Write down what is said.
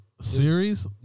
series